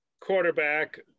quarterback